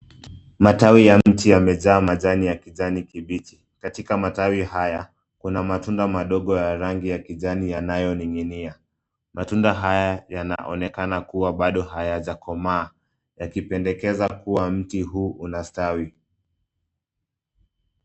Matawi ya mti yamejaa majani ya kijani kibichi. Katika matawi haya kuna matunda madogo ya rangi ya kijani yanayoning'inia. Matunda haya yanaonekana kuwa bado hayajakomaa yakipendekeza kwa mti huu unastawi.